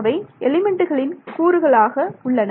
அவை எலிமெண்ட்டுகளின் கூறுகளாக உள்ளன